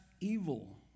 evil